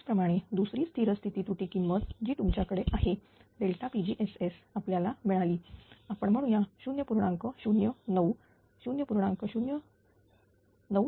त्याच प्रमाणे दुसरी स्थिर स्थिती त्रुटी किंमत जी काही तुमच्या कडे आहे pgss आपल्याला मिळाली आपण म्हणू या 0